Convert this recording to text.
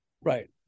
Right